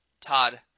Todd